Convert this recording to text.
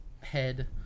head